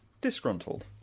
Disgruntled